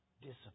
discipline